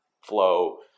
flow